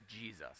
Jesus